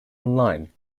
online